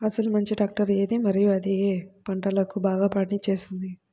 అసలు మంచి ట్రాక్టర్ ఏది మరియు అది ఏ ఏ పంటలకు బాగా పని చేస్తుంది?